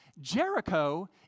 Jericho